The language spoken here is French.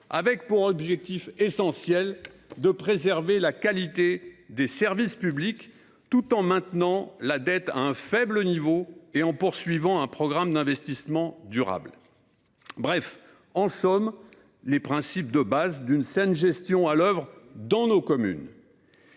avec pour objectif essentiel de préserver la qualité des services publics, tout en maintenant la dette à un faible niveau et en poursuivant un programme d’investissements durables. En somme, les principes de base d’une saine gestion à l’œuvre dans nos communes